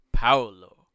Paolo